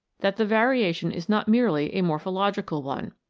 that the variation is not merely a morphological one,